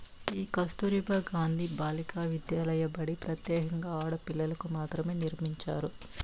ఈ కస్తుర్బా గాంధీ బాలికా విద్యాలయ బడి ప్రత్యేకంగా ఆడపిల్లలకు మాత్రమే నిర్మించారు